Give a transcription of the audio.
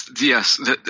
Yes